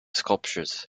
sculptures